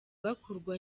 bakurwa